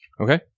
Okay